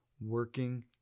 working